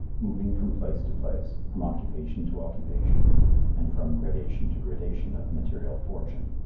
moving from place to place, from occupation to occupation and from gradation to gradation of material fortune.